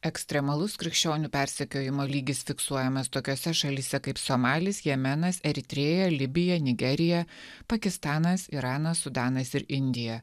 ekstremalus krikščionių persekiojimo lygis fiksuojamas tokiose šalyse kaip somalis jemenas eritrėja libija nigerija pakistanas iranas sudanas ir indija